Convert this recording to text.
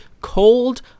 cold